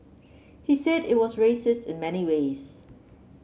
he said it was racist in many ways